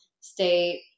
state